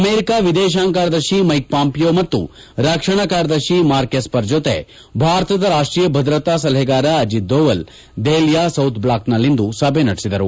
ಅಮೆರಿಕದ ವಿದೇಶಾಂಗ ಕಾರ್ಯದರ್ಶಿ ಮೈಕ್ ಪಾಂಪಿಯೊ ಮತ್ತು ರಕ್ಷಣಾ ಕಾರ್ಯದರ್ಶಿ ಮಾರ್ಕ್ ಎಸ್ವರ್ ಜೊತೆ ಭಾರತದ ರಾಷ್ಷೀಯ ಭದ್ರತಾ ಸಲಹೆಗಾರ ಅಜಿತ್ ದೋವಲ್ ದೆಹಲಿಯ ಸೌತ್ಬ್ಲಾಕ್ನಲ್ಲಿಂದು ಸಭೆ ನಡೆಸಿದರು